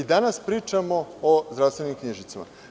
Danas pričamo o zdravstvenim knjižicama.